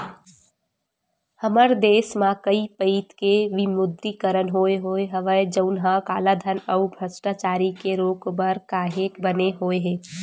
हमर देस म कइ पइत के विमुद्रीकरन होय होय हवय जउनहा कालाधन अउ भस्टाचारी के रोक बर काहेक बने होय हे